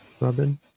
Robin